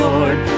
Lord